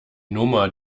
nummer